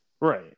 Right